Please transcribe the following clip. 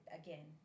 again